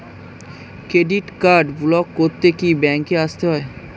Credit card block করতে কি ব্যাংকে আসতে হবে?